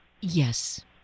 Yes